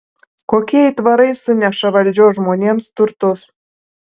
kokie aitvarai suneša valdžios žmonėms turtus